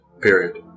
period